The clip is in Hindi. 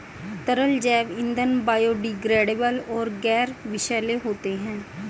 तरल जैव ईंधन बायोडिग्रेडेबल और गैर विषैले होते हैं